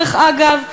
דרך אגב,